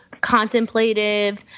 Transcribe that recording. contemplative